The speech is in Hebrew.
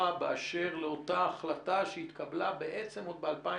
באשר לאותה החלטה שהתקבלה בעצם עוד ב-2018.